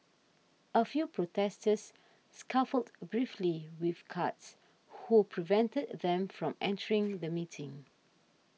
a few protesters scuffled briefly with cards who prevented them from entering the meeting